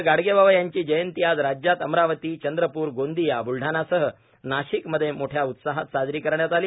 संत गाडगेबाबा यांची जयंती आज राज्यात अमरावती चंद्रपूर गोंदिया ब्लढाणासह नाशिक मध्ये मोठ्या उत्साहात साजरी करण्यात आली